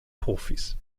profis